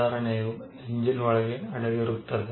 ಸುಧಾರಣೆಯು ಎಂಜಿನ್ ಒಳಗೆ ಅಡಗಿರುತ್ತದೆ